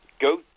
Go